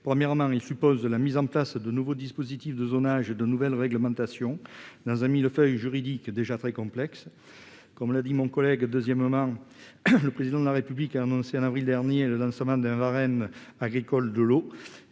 Premièrement, il suppose la mise en place de nouveaux dispositifs de zonage et de nouvelles réglementations dans un millefeuille juridique déjà très complexe. Deuxièmement, comme l'a dit Stéphane Demilly, le Président de la République a annoncé en avril dernier le lancement du Varenne agricole de l'eau